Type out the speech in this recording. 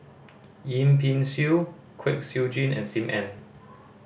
Yip Pin Xiu Kwek Siew Jin and Sim Ann